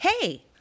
Hey